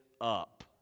up